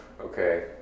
okay